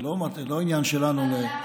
זה לא עניין שלנו,